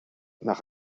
nach